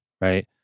Right